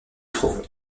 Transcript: trouve